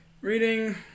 Reading